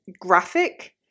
graphic